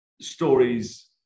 stories